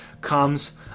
comes